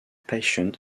passion